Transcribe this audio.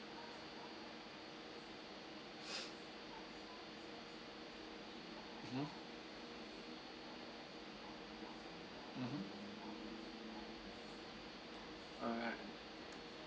mmhmm mmhmm alright